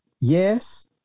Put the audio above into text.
Yes